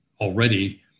already